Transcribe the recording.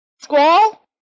Squall